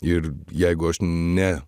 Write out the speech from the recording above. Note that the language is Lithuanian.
ir jeigu aš ne